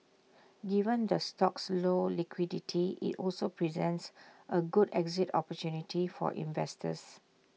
given the stock's low liquidity IT also presents A good exit opportunity for investors